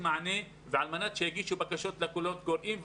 מענה ועל מנת שיגישו בקשות לקולות הקוראים.